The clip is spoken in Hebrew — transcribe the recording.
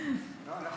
מה שאתה אמרת.